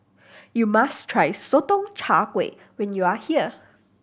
you must try Sotong Char Kway when you are here